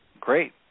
Great